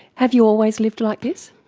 have you always lived like this?